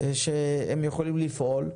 שבהם הם יכולים לפעול.